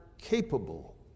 capable